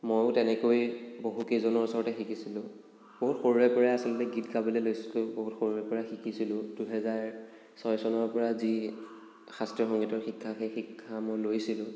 ময়ো তেনেকৈয়ে বহুকেইজনৰ ওচৰতে শিকিছিলোঁ বহুত সৰুৰেপৰা আচলতে গীত গাবলৈ লৈছিলোঁ বহুত সৰুৰেপৰা শিকিছিলোঁ দুহেজাৰ ছয় চনৰপৰা যি শাস্ত্ৰীয় সংগীতৰ শিক্ষা সেই শিক্ষা মই লৈছিলোঁ